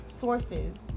sources